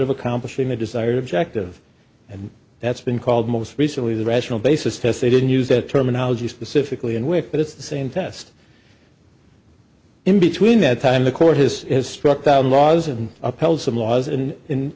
of accomplishing the desired objective and that's been called most recently the rational basis test they didn't use that terminology specifically in which but it's the same test in between that time the court has struck down laws and upheld some laws and